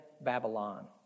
Babylon